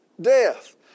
death